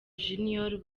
junior